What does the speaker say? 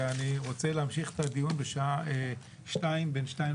ואני רוצה להמשיך את הדיון בשעה 14:00. בין 14:00